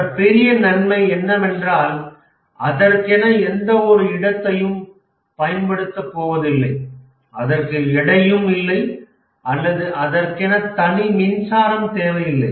மற்ற பெரிய நன்மை என்னவென்றால் அதற்கென எந்தஒரு இடத்தையும் பயன்படுத்துவதில்லை அதற்கு எடை இல்லை அல்லது அதற்கென தனி மின்சாரம் தேவை இல்லை